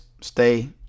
stay